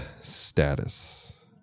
status